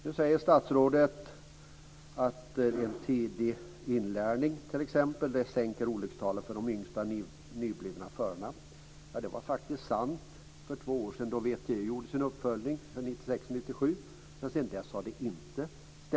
Nu säger statsrådet att en tidig inlärning, t.ex., sänker olyckstalen för de yngsta, nyblivna förarna. Det var faktiskt sant för två år sedan då VTI gjorde sin uppföljning av 1996 och 1997. Men sedan dess har det inte stämt.